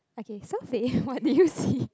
okay so Faith what did you see